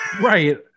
Right